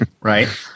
Right